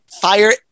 fire